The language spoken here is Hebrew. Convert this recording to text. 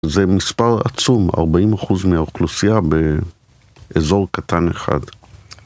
זה מספר עצום, 40% מהאוכלוסייה באזור קטן אחד